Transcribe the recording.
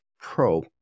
Pro